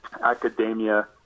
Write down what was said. academia